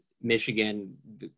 Michigan